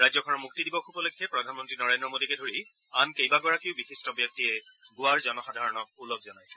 ৰাজ্যখনৰ মুক্তি দিৱস উপলক্ষে প্ৰধানমন্ত্ৰী নৰেন্দ্ৰ মোদীকে ধৰি আন কেইবাগৰাকীও বিশিষ্ট ব্যক্তিয়ে গোৱাৰ জনসাধাৰণক ওলগ জনাইছে